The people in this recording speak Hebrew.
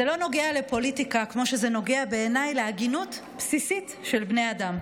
זה לא נוגע לפוליטיקה כמו שזה נוגע בעיניי להגינות בסיסית של בני אדם.